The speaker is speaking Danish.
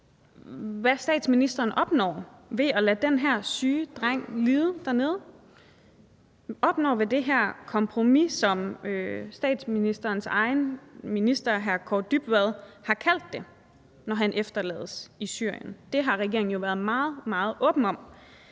hvad statsministeren opnår ved at lade den her syge dreng lide dernede, altså opnår ved det her kompromis, som statsministerens egen minister, hr. Kaare Dybvad Bek, har kaldt det, når drengen efterlades i Syrien. Det har regeringen jo været meget, meget åben om.